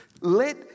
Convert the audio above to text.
Let